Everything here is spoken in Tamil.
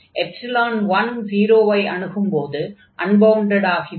1 0 ஐ அணுகும்போது அன்பவுண்டட் ஆகிவிடும்